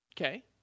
Okay